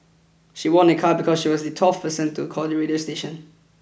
she won a car because she was the twelfth person to call the radio station